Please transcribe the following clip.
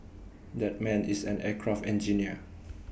that man is an aircraft engineer